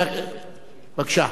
בבקשה.